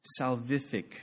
salvific